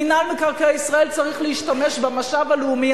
מינהל מקרקעי ישראל צריך להשתמש במשאב הלאומי